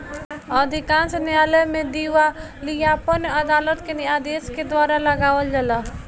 अधिकांश न्यायालय में दिवालियापन अदालत के आदेश के द्वारा लगावल जाला